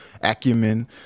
acumen